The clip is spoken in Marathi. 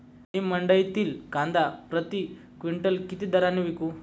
मी मंडईतील कांदा प्रति क्विंटल किती दराने विकू?